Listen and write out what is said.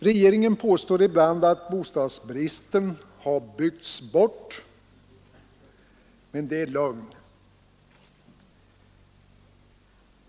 Regeringen påstår ibland att bostadsbristen har byggts bort, men det är lögn.